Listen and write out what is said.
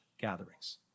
gatherings